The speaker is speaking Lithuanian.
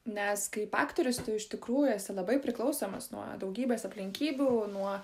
nes kaip aktorius tu iš tikrųjų esi labai priklausomas nuo daugybės aplinkybių nuo